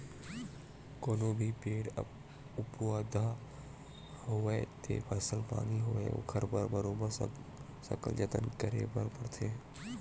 कोनो भी पेड़ पउधा होवय ते फसल पानी होवय ओखर बर बरोबर सकल जतन करे बर परथे